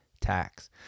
tax